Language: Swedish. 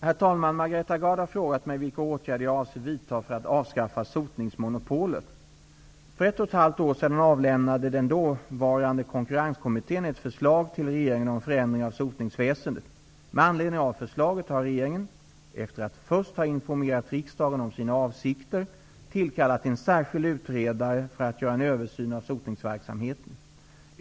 Herr talman! Margareta Gard har frågat mig vilka åtgärder jag avser vidta för att avskaffa sotningsmonopolet. För ett och ett halvt år sedan avlämnade den dåvarande Konkurrenskommittén ett förslag till regeringen om förändring av sotningsväsendet. Med anledning av förslaget har regeringen, efter att först ha informerat riksdagen om sina avsikter, tillkallat en särskild utredare för att göra en översyn av sotningsverksamheten.